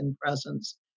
presence